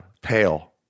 pale